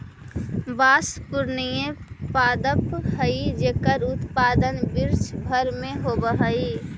बाँस पुष्पीय पादप हइ जेकर उत्पादन विश्व भर में होवऽ हइ